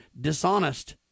dishonest